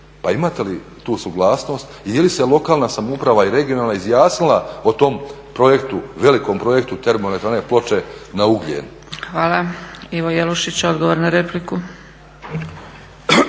Pa imate li tu suglasnosti i je li se lokalna samouprava i regionalna izjasnila o tom projektu, velikom projektu termoelektrane Ploče na ugljen? **Zgrebec, Dragica (SDP)** Hvala. Ivo Jelušić odgovor na repliku.